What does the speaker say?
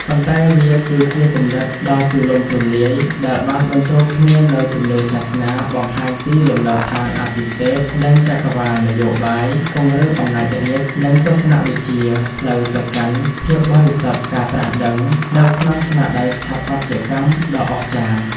ប៉ុន្តែវាគឺជាគំនិតដ៏ទូលំទូលាយដែលបានបញ្ចូលគ្នានូវ ជំនឿសាសនា បង្ហាញពីលំនៅដ្ឋានអាទិទេព និងចក្រវាឡ នយោបាយ ពង្រឹងអំណាចរាជ្យ និង ទស្សនវិជ្ជា ផ្លូវទៅកាន់ភាពបរិសុទ្ធ ការត្រាស់ដឹង ទៅក្នុងស្នាដៃស្ថាបត្យកម្មដ៏អស្ចារ្យ។